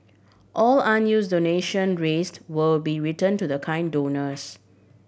all unuse donation raised will be return to the kind donors